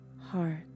heart